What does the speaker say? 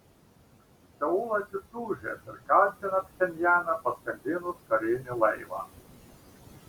seulas įtūžęs ir kaltina pchenjaną paskandinus karinį laivą